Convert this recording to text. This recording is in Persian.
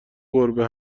گربه